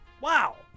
wow